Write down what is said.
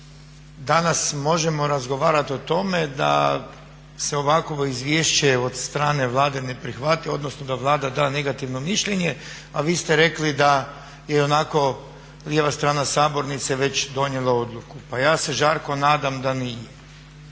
danas možemo razgovarati o tome da se ovakvo izvješće od strane Vlade ne prihvati, odnosno da Vlada da negativno mišljenje a vi ste rekli da i onako lijeva strana sabornice već donijela odluku. Pa ja se žarko nadam da nije.